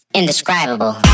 indescribable